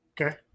Okay